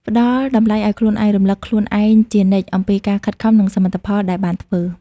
ផ្តល់តម្លៃឲ្យខ្លួនឯង រំលឹកខ្លួនឯងជានិច្ចអំពីការខិតខំ និងសមិទ្ធផលដែលបានធ្វើ។